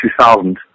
2000